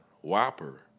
whopper